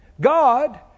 God